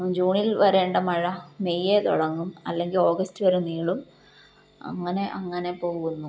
ജൂണിൽ വരേണ്ട മഴ മെയ്യിലേ തുടങ്ങും അല്ലെങ്കില് ഓഗസ്റ്റ് വരെ നീളും അങ്ങനെ അങ്ങനെ പോകുന്നു